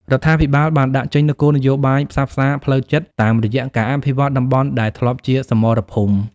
រដ្ឋាភិបាលបានដាក់ចេញនូវគោលនយោបាយផ្សះផ្សាផ្លូវចិត្តតាមរយៈការអភិវឌ្ឍតំបន់ដែលធ្លាប់ជាសមរភូមិ។